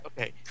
Okay